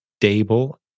stable